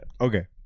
Okay